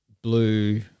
Blue